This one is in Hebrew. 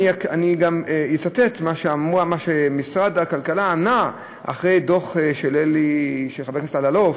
אני גם אצטט מה שמשרד הכלכלה ענה אחרי הדוח של חבר הכנסת אלאלוף: